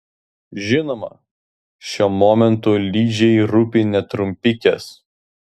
žinoma šiuo momentu ližei rūpi ne trumpikės